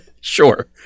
Sure